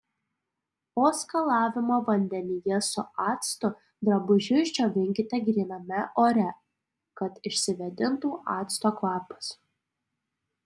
po skalavimo vandenyje su actu drabužius džiovinkite gryname ore kad išsivėdintų acto kvapas